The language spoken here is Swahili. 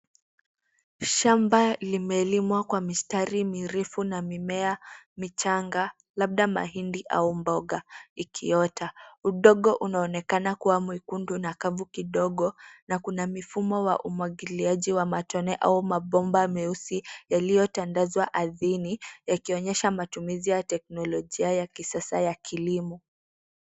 Shamba limelimwa kwa mistari mirefu na mimea michanga, labda mahindi au mboga, ikiota. Udongo unaonekana kuwa mwekundu na kavu kidogo, na kuna mifumo wa umwagiliaji wa matone au mabomba meusi, yaliyotandazwa ardhini, yakionyesha matumizi ya teknolojia ya kisasa ya kilimo.